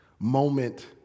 moment